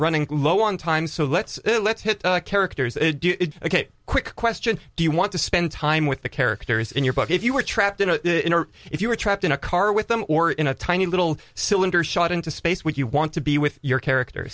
running low on time so let's let's hit characters ok quick question do you want to spend time with the characters in your book if you were trapped in a in or if you were trapped in a car with them or in a tiny little cylinder shot into space when you want to be with your character